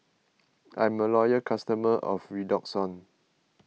I'm a loyal customer of Redoxon